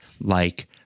like-